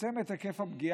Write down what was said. לצמצם את היקף הפגיעה,